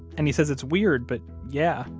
and he says it's weird, but, yeah,